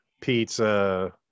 pizza